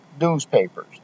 newspapers